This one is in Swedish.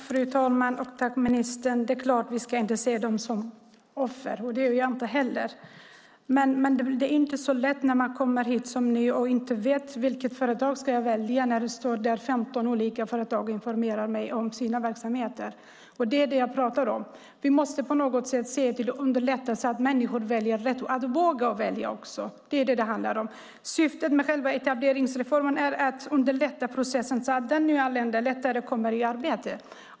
Fru talman! Tack, ministern! Det är klart att vi inte ska se dem som offer, och det gör jag inte heller. Men det är inte så lätt när man kommer hit som ny och inte vet vilket företag man ska välja när det står 15 olika företag och informerar om sina verksamheter. Det är det jag pratar om. Vi måste på något sätt underlätta för människor att välja rätt och att våga välja också. Det är detta det handlar om. Syftet med själva etableringsreformen är att underlätta processen så att den nyanlända lättare kommer i arbete.